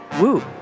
Woo